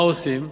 מה עושים?